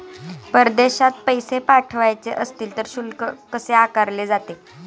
परदेशात पैसे पाठवायचे असतील तर शुल्क कसे आकारले जाते?